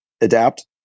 adapt